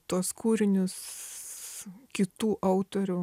tuos kūrinius kitų autorių